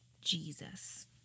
Jesus